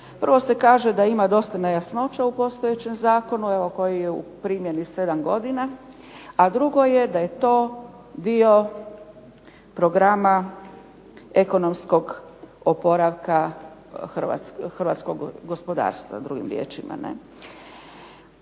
Prvo se kaže da ima dosta nejasnoća u postojećem zakonu evo koji je u primjeni 7 godina, a drugo je da je to dio programa ekonomskog oporavka hrvatskog gospodarstva drugim riječima.